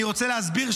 אני רוצה להסביר,